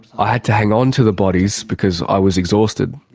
i had to hang on to the bodies, because i was exhausted.